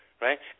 Right